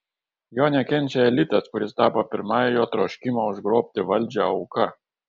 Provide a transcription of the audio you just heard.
jo nekenčia elitas kuris tapo pirmąja jo troškimo užgrobti valdžią auka